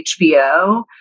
HBO